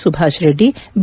Subhash Reddy B